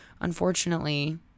Unfortunately